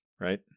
right